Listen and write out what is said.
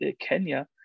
Kenya